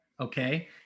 okay